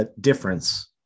difference